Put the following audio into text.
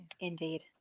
Indeed